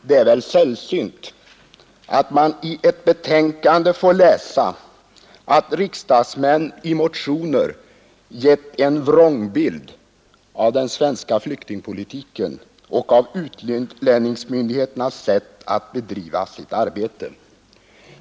Det är väl sällsynt att man i ett betänkande får läsa att riksdagsmän i motioner givit en vrångbild av den svenska flyktingpolitiken och av utlänningsmyndigheternas sätt att bedriva sitt arbete.